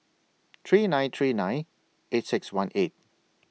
three nine three nine eight six one eight